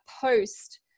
post